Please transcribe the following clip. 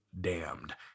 damned